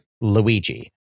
Luigi